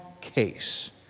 case